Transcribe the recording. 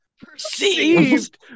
Perceived